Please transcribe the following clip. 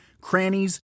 crannies